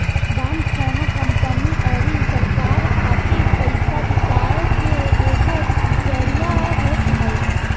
bond कवनो company अउरी सरकार खातिर पईसा जुटाए के एगो जरिया होत हवे